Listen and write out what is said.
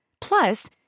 Plus